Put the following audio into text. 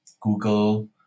Google